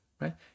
right